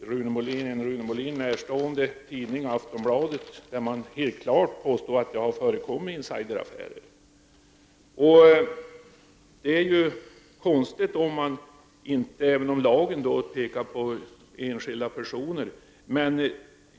den Rune Molin närstående tidningen Aftonbladet, där det helt klart påstås att det har förekommit insideraffärer. Lagen pekar visserligen på enskilda personer.